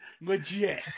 Legit